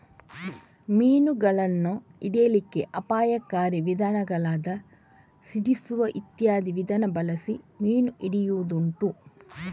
ಮೀನುಗಳನ್ನ ಹಿಡೀಲಿಕ್ಕೆ ಅಪಾಯಕಾರಿ ವಿಧಾನಗಳಾದ ಸಿಡಿಸುದು ಇತ್ಯಾದಿ ವಿಧಾನ ಬಳಸಿ ಮೀನು ಹಿಡಿಯುದುಂಟು